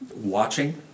watching